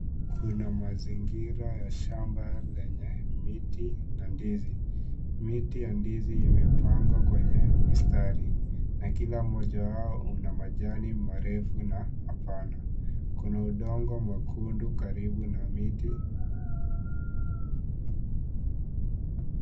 Kuna mazingira ya shamba lenye miti na ndizi. Miti ya ndizi imepangwa kwenye mistari na kila mmoja wao una majani marefu na mapana. Kuna udongo mwekundu karibu na miti.